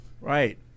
Right